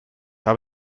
habe